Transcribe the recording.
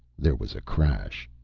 there was a crash.